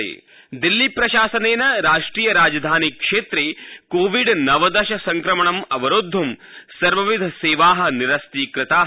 दिल्ली बॉकडाठन दिल्ली प्रशासनेन राष्ट्रिय राजधानी क्षेत्रे कोविड नवदश संक्रमणम् अवरोधं सर्वविधसेवाः निरस्तीकृताः